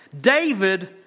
David